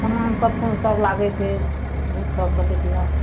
सामान सब कोन सब लागय छै उहो सब बतैतिये